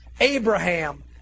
Abraham